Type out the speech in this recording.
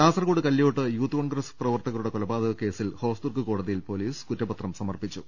കാസർകോട് കല്ല്യോട്ട് Youth Congress പ്രവർത്തക രുടെ കൊലപാതകക്കേസിൽ ഹോസ്ദുർഗ് കോടതിയിൽ പൊലീസ് കുറ്റപത്രം സമർപ്പിച്ചു